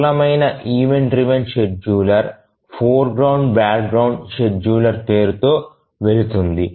సరళమైన event driven scheduler foreground background scheduler పేరుతో వెళుతుంది